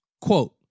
Quote